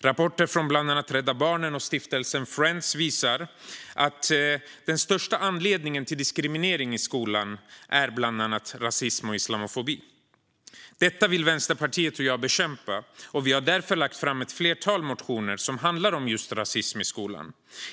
Rapporter från bland annat Rädda Barnen och stiftelsen Friends visar att några av de viktigaste anledningarna till diskriminering i skolan är bland annat rasism och islamofobi. Detta vill Vänsterpartiet och jag bekämpa. Vi har därför väckt ett flertal motioner som handlar om just rasism i skolan.